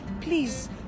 Please